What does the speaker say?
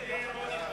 מי נגד?